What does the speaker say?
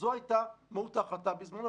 זאת הייתה מהות ההחלטה בזמנו,